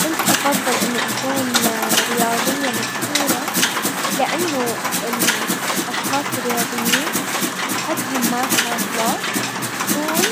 كنت حفضل انه اكون رياضية مشهورة لانه الاشخاص الرياضيين صحتهم ما شاء الله تكون